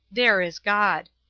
there is god.